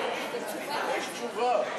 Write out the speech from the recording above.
יש תשובה.